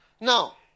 Now